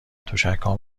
تشکهام